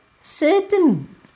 certain